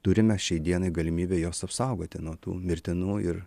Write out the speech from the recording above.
turime šiai dienai galimybę juos apsaugoti nuo tų mirtinų ir